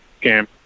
game